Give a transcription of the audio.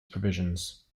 provisions